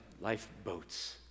lifeboats